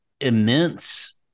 immense